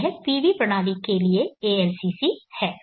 तो यह PV प्रणाली के लिए ALCC है